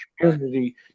community